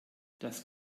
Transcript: das